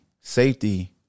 safety